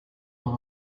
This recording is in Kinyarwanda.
aba